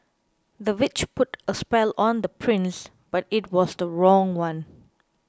the witch put a spell on the prince but it was the wrong one